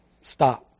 stop